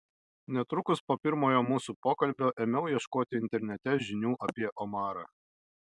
netrukus po pirmojo mūsų pokalbio ėmiau ieškoti internete žinių apie omarą